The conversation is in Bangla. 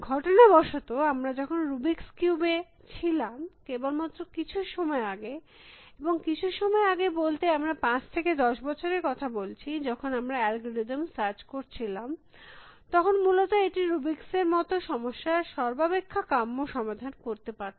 ঘটনাবশত আমরা যখন রুবিক্স কিউব এ ছিলাম কেবলমাত্র কিছু সময় আগে এবং কিছু সময় আগে বলতে আমরা পাঁচ থেকে দশ বছরের কথা বলছি যখন আমরা অ্যালগরিদম সার্চ করছিলাম তখন মূলত এটি রুবিক্স এর মত সমস্যার সর্বাপেক্ষা কাম্য সমাধান করতে পারত